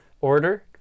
order